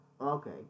Okay